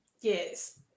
yes